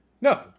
No